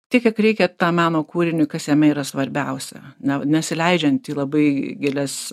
tiek kiek reikia tą meno kūrinį kas jame yra svarbiausia na nesileidžiant į labai gilias